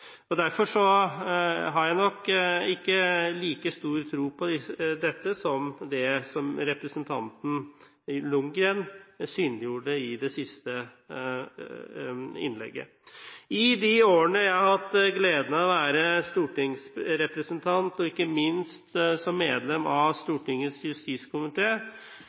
Derfor har jeg nok ikke like stor tro på dette som det som representanten Ljunggren synliggjorde i det siste innlegget. I de årene jeg har hatt gleden av å være stortingsrepresentant, og ikke minst som medlem av Stortingets